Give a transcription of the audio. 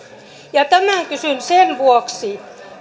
tämän kysyn sen vuoksi